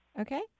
Okay